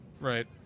Right